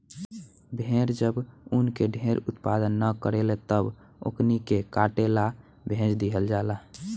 भेड़ जब ऊन के ढेर उत्पादन न करेले तब ओकनी के काटे ला भेज दीहल जाला